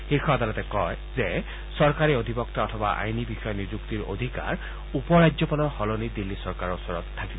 শীৰ্ষ আদালতে কয় যে চৰকাৰী অধিবক্তা অথবা আইনী বিষয়া নিযুক্তিৰ অধিকাৰ উপ ৰাজ্যপালৰ সলনি দিল্লী চৰকাৰৰ ওচৰত থাকিব